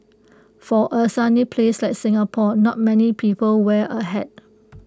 for A sunny place like Singapore not many people wear A hat